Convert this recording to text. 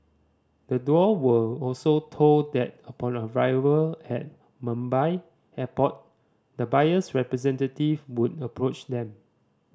the duo were also told that upon arrival at Mumbai Airport the buyer's representative would approach them